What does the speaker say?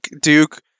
Duke